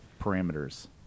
parameters